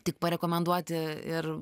tik parekomenduoti ir